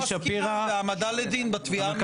עסקנן בהעמדה לדין בתביעה --- ריקי שפירא,